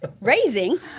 raising